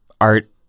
art